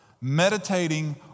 meditating